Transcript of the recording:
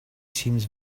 seems